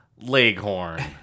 Leghorn